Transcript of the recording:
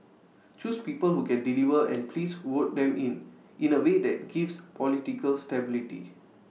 choose people who can deliver and please vote them in in A way that gives political stability